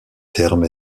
terme